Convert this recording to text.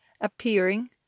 appearing